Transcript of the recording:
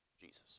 Jesus